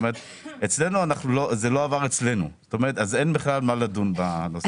כלומר זה לא עבר אצלנו ואז אין בכלל מה לדון בנושא.